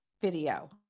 video